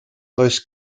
does